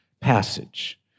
passage